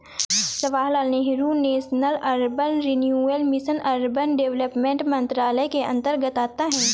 Jawaharlal Nehru national urban renewal mission urban development मंत्रालय के अंतर्गत आता है